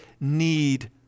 need